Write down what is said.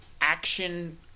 action